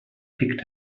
picked